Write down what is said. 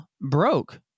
broke